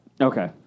Okay